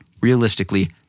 realistically